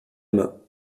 main